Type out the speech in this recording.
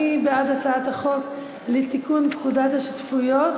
ההצעה להעביר את הצעת חוק לתיקון פקודת השותפויות